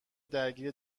درگیر